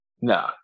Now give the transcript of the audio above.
No